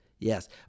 Yes